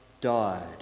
died